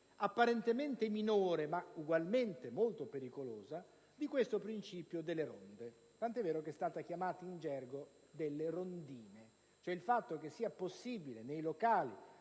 apparentemente minore ma ugualmente molto pericolosa del principio delle ronde, tanto è vero che è stato chiamato in gergo "delle rondìne". Cioè, il fatto che sia possibile nei locali